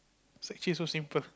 sec three so simple